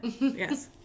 Yes